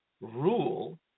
rule